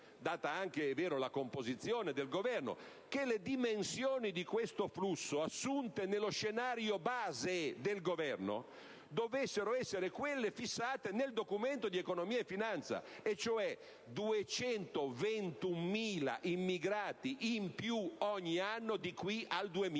data anche la composizione del Governo: vale a dire che le dimensioni di questo flusso, assunte nello scenario base del Governo, dovessero essere quelle fissate nel Documento di economia e finanza, cioè 221.000 immigrati in più ogni anno di qui al 2060.